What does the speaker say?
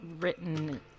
written